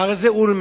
אחרי זה אולמרט,